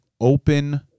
open